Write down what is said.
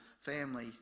family